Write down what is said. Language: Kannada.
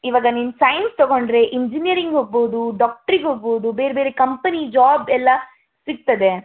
ಇವಾಗ ನೀನು ಸೈನ್ಸ್ ತೊಗೊಂಡರೆ ಇಂಜಿನಿಯರಿಂಗ್ ಹೋಗ್ಬೋದು ಡಾಕ್ಟ್ರಿಗೆ ಹೋಗ್ಬೋದು ಬೇರೆ ಬೇರೆ ಕಂಪೆನಿ ಜಾಬ್ ಎಲ್ಲ ಸಿಕ್ತದೆ